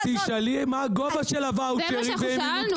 תשאלי מה הגובה של הוואוצ'רים ואם הם עודכנו